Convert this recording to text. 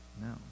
No